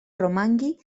romangui